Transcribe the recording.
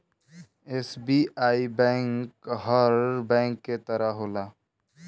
SBI bank हर bank के तरह होला